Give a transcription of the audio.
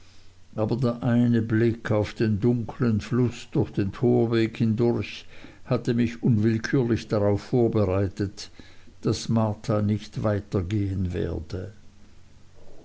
aber der eine blick auf den dunkeln fluß durch den torweg hindurch hatte mich unwillkürlich darauf vorbereitet daß marta nicht weitergehen werde